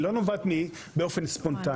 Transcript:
היא לא נובעת באופן ספונטני.